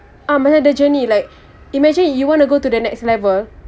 err macam the journey like imagine you you want to go to the next level